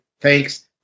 thanks